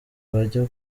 bajya